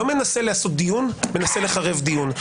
לא מנסה לעשות דיון מנסה לחרב דיון.